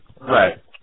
Right